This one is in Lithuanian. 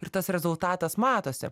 ir tas rezultatas matosi